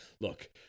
Look